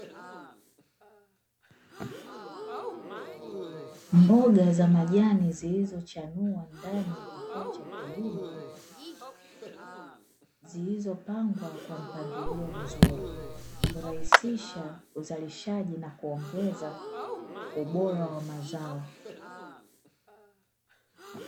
Mboga za majani zilizochanua ndani ya kifaa cha kilimo, zilizopangwa kwa mpangilio mzuri, huraisisha uzalishaji na kuongeza ubora wa mazao.